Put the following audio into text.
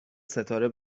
ستاره